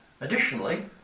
Additionally